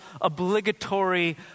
obligatory